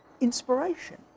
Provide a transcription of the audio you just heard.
inspiration